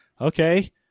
Okay